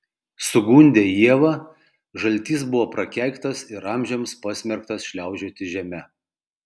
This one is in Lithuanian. sugundę ievą žaltys buvo prakeiktas ir amžiams pasmerktas šliaužioti žeme